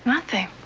nothing.